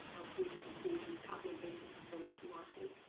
you can just be copy and pasting from those if you want to.